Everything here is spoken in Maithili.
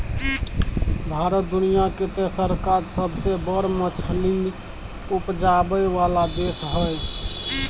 भारत दुनिया के तेसरका सबसे बड़ मछली उपजाबै वाला देश हय